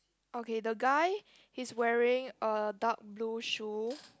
okay the guy is wearing a dark blue shoe